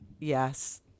yes